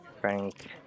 Frank